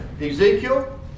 Ezekiel